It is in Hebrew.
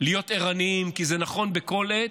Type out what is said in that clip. להיות ערניים, כי זה נכון בכל עת,